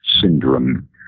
Syndrome